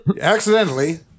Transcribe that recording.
accidentally